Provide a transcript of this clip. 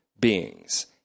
beings